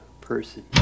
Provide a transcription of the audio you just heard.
person